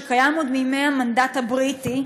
שקיים עוד מימי המנדט הבריטי,